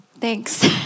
thanks